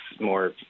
more